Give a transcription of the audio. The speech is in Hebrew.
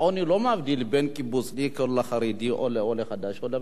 העוני לא מבדיל בין קיבוצניק לחרדי או לעולה חדש או ותיק.